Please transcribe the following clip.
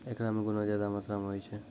एकरा मे गुना ज्यादा मात्रा मे होय छै